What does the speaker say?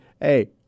hey